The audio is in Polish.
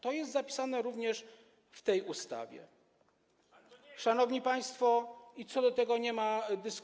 To jest zapisane również w tej ustawie, szanowni państwo, i co do tego nie ma dyskusji.